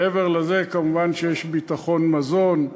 מעבר לזה, כמובן, יש ביטחון מזון,